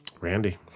Randy